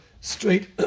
straight